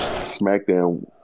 SmackDown